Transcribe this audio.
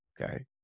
Okay